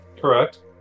Correct